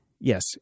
Yes